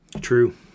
True